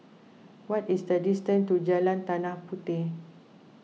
what is the distance to Jalan Tanah Puteh